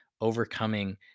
overcoming